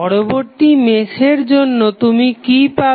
পরবর্তী মেশের জন্য তুমি কি পাবে